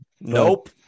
nope